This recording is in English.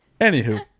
anywho